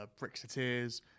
Brexiteers